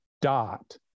dot